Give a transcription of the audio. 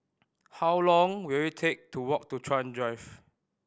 how long will it take to walk to Chuan Drive